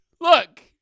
Look